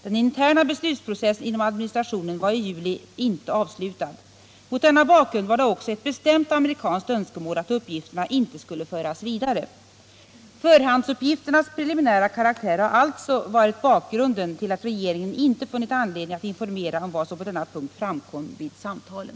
Den interna beslutsprocessen inom administrationen var i juli inte avslutad. Mot denna bakgrund var det också ett bestämt amerikanskt önskemål att uppgifterna inte skulle föras vidare. Förhandsuppgifternas preliminära karaktär har alltså varit bakgrunden till att regeringen inte funnit anledning att informera om vad som på denna punkt framkom vid samtalen.